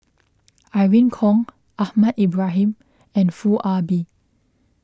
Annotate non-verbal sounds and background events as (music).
(noise) Irene Khong Ahmad Ibrahim and Foo Ah Bee